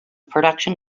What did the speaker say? production